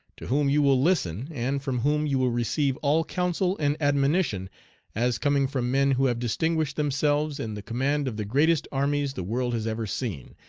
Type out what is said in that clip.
to whom you will listen, and from whom you will receive all counsel and admonition as coming from men who have distinguished themselves in the command of the greatest armies the world has ever seen,